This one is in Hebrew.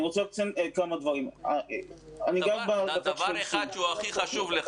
אני רוצה לציין כמה דברים -- דבר אחד שהוא הכי חשוב לך.